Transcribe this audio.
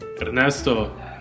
Ernesto